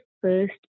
first